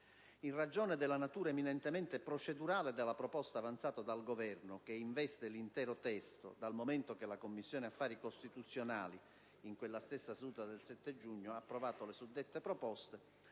In ragione della natura eminentemente procedurale della proposta avanzata dal Governo, che investe l'intero testo, dal momento che la Commissione affari costituzionali, in quella stessa seduta del 7 giugno, ha approvato le suddette proposte,